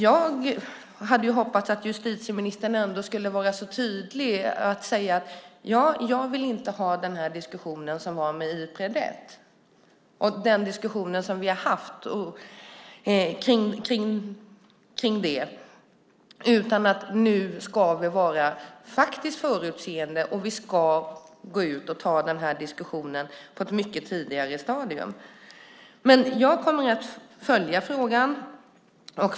Jag hade hoppats att justitieministern ändå skulle vara tydlig och säga att hon inte vill ha den diskussion som fördes om Ipred 1 och den diskussion som vi har haft kring det utan att vi nu ska vara förutseende och gå ut och ta denna diskussion på ett mycket tidigare stadium. Jag kommer att följa frågan.